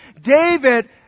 David